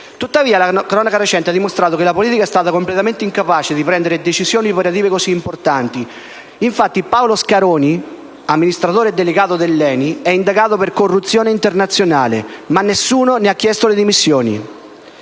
tuttavia, la cronaca recente ha dimostrato che la politica è stata completamente incapace di prendere decisioni operative così importanti. Infatti, Paolo Scaroni, amministratore delegato dell'ENI, è indagato per corruzione internazionale, ma nessuno ne ha chiesto le dimissioni.